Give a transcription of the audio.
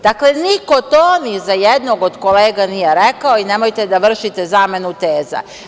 Dakle, niko to ni za jednog od kolega nije rekao i nemojte da vršite zamenu teza.